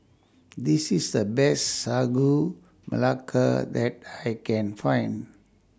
This IS The Best Sagu Melaka that I Can Find